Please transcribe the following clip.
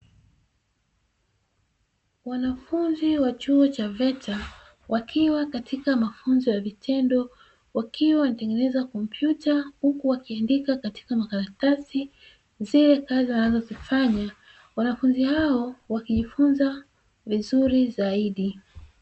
Wanafunzi wa chuo cha "VETA" wakiwa katika mafunzo ya vitendo wakiwa wanatengeneza kompyuta, huku wakiandika katika makaratasi zile kazi wanazozifanya, wanafunzi hao wakijifunza vizuri zaidi.